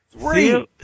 Three